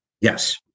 Yes